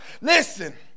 Listen